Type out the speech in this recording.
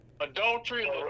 Adultery